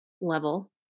level